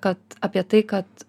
kad apie tai kad